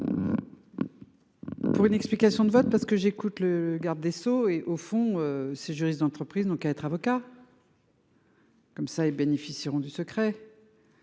Pour une explication de vote parce que j'écoute le garde des Sceaux et au fond ce juriste d'entreprise donc être avocat. Comme ça ils bénéficieront du secret.